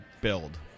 build